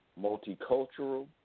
Multicultural